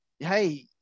Hey